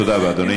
תודה רבה, אדוני.